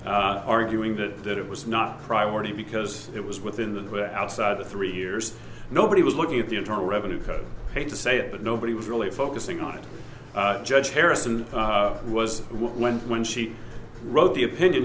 e arguing that that it was not a priority because it was within the outside the three years nobody was looking at the internal revenue code page to say that but nobody was really focusing on it judge harrison was when when she wrote the opinion